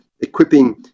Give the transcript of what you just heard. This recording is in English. equipping